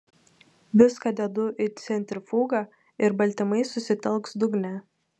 viską dedu į centrifugą ir baltymai susitelks dugne